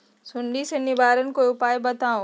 सुडी से निवारक कोई उपाय बताऊँ?